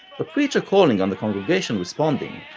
the preacher calling and the congregation responding,